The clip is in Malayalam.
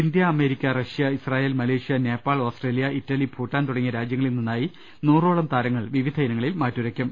ഇന്തൃ America Russia Israel Malaysia Nepal Australia Italy Bhutan തുടങ്ങിയ രാജ്യങ്ങളിൽ നിന്നായി നൂറോളം താരങ്ങൾ വിവിധയിന ങ്ങളിൽ മാറ്റുരക്കും